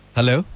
Hello